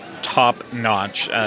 top-notch